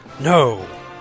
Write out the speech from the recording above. no